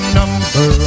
number